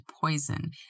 poison